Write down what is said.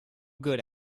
good